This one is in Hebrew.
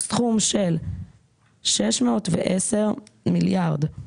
אנחנו צופים החזרי קרן בסך של 143 מיליארד ש"ח.